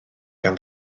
gan